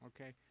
Okay